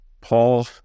Paul